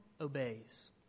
obeys